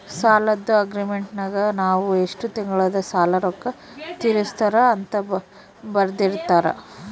ಸಾಲದ್ದು ಅಗ್ರೀಮೆಂಟಿನಗ ನಾವು ಎಷ್ಟು ತಿಂಗಳಗ ಸಾಲದ ರೊಕ್ಕ ತೀರಿಸುತ್ತಾರ ಅಂತ ಬರೆರ್ದಿರುತ್ತಾರ